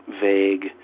vague